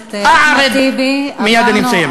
הכנסת אחמד טיבי, עברנו, מייד אני מסיים.